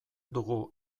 dugu